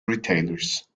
retailers